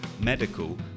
medical